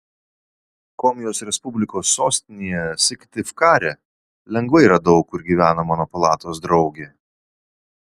komijos respublikos sostinėje syktyvkare lengvai radau kur gyvena mano palatos draugė